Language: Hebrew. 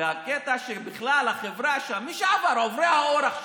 והקטע שבכלל החבר'ה שם מי שעבר, עוברי אורח שם,